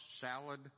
salad